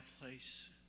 place